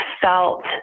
felt